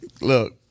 look